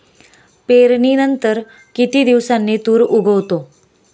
पेरणीनंतर किती दिवसांनी तूर उगवतो?